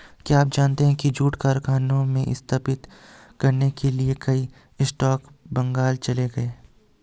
क्या आप जानते है जूट कारखाने स्थापित करने के लिए कई स्कॉट्स बंगाल चले गए?